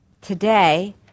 Today